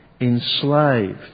enslaved